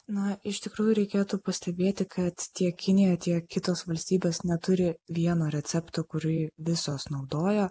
na iš tikrųjų reikėtų pastebėti kad tiek kinija tiek kitos valstybės neturi vieno recepto kurį visos naudojo